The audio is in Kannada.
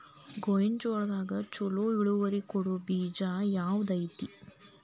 ಗೊಂಜಾಳದಾಗ ಛಲೋ ಇಳುವರಿ ಕೊಡೊ ಬೇಜ ಯಾವ್ದ್ ಐತಿ?